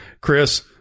Chris